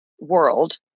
world